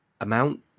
amount